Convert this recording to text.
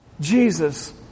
Jesus